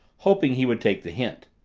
hoping he would take the hint.